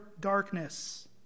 darkness